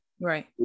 Right